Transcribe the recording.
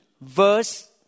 verse